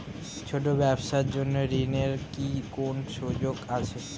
ছোট ব্যবসার জন্য ঋণ এর কি কোন সুযোগ আছে?